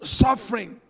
suffering